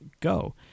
Go